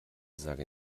sage